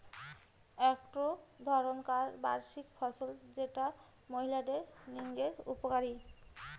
একটো ধরণকার বার্ষিক ফসল যেটা মহিলাদের লিগে উপকারী